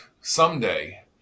someday